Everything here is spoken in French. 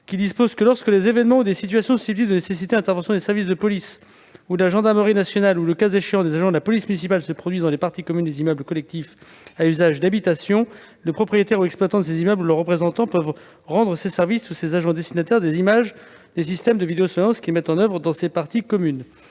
disposant que, lorsque des événements ou des situations susceptibles de nécessiter l'intervention des services de police ou de gendarmerie ou, le cas échéant, des agents de la police municipale se produisent dans les parties communes des immeubles collectifs à usage d'habitation, le propriétaire, l'exploitant de ces immeubles ou leur représentant peut rendre ces services ou ces agents destinataires des images des systèmes de vidéosurveillance qu'ils mettent en oeuvre dans les parties communes.